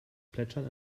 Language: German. plätschern